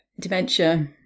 dementia